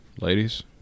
ladies